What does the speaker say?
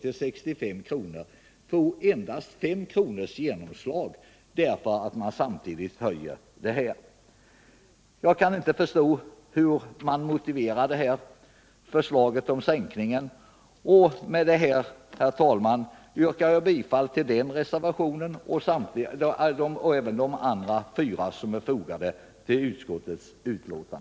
till 65 kr., ett genomslag med endast 5 kr. Jag kan inte förstå hur man motiverar förslaget om sänkningen.